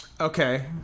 Okay